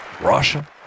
Russia